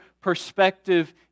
perspective